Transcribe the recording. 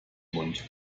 mund